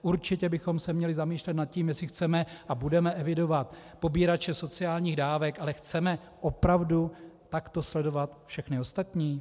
Určitě bychom se měli zamýšlet nad tím, zda chceme a budeme evidovat pobírače sociálních dávek, ale chceme opravdu takto sledovat všechny ostatní?